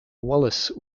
wallace